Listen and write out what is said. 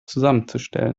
zusammenzustellen